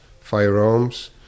firearms